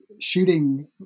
shooting